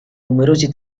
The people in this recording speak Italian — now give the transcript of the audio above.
numerosi